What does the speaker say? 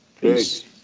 Peace